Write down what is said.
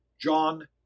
John